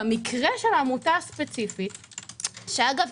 במקרה של העמותה הספציפית שאגב,